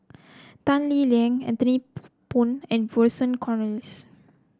Tan Lee Leng Anthony Poon and Vernon Cornelius